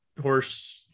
horse